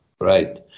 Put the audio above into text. right